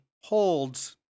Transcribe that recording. holds